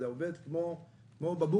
זה עובד כמו בבורסה.